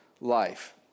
life